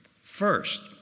First